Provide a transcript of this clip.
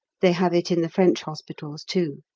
they have it in the french hospitals too.